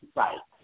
right